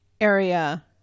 area